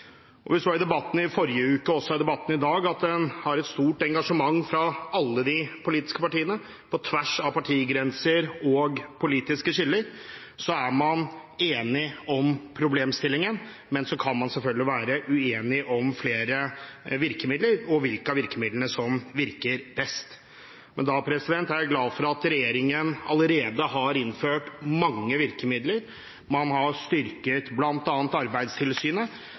Vi så i debatten i forrige uke og også i debatten i dag at det er et stort engasjement fra alle de politiske partiene. På tvers av partigrenser og politiske skillelinjer er man enige om problemstillingen, men man kan selvfølgelig være uenige om flere av virkemidlene og hvilke av virkemidlene som virker best. Da er jeg glad for at regjeringen allerede har innført mange virkemidler. Man har styrket bl.a. Arbeidstilsynet